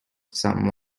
some